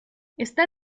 está